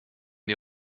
die